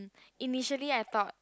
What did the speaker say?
initially I thought